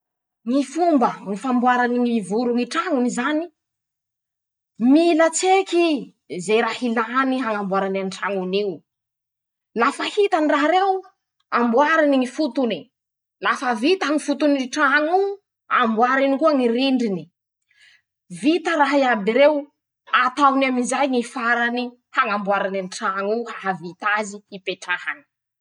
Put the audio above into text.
Ñy fomba ñy famboarany ñy voroñy trañony zany: -Mila tseky i ze raha ilany hañamboarany any trañony io. lafa hitany raha reo. amboariny ñy fotony. lafa vitany ñy fotony traño. amboariny koa ñy rindriny. vita raha iaby reo. ataony amizay ñy farany hañamboarany any ñy traño. hahavita azy hipetrahany.